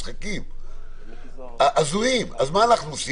אז מה אנחנו עושים?